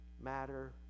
matter